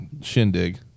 shindig